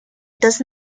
does